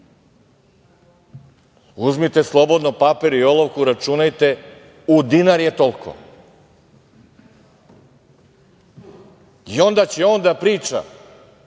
Uzmite slobodno papir i olovku, računajte, u dinar je toliko, i onda će on da priča